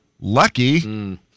Lucky